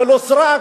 ולא סרק,